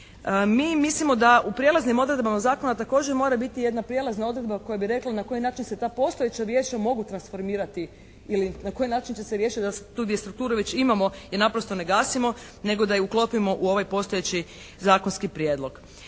Mi mislimo da u prijelaznim odredbama zakona također mora biti jedna prijelazna odredba koja bi rekla na koji način se ta postojeća vijeća mogu transformirati ili na koji način će se riješiti da tu gdje strukturu već imamo je naprosto ne gasimo nego da je uklopimo u ovaj postojeći zakonski prijedlog.